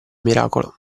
miracolo